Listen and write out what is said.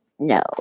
No